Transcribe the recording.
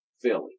Philly